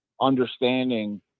understanding